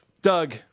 Doug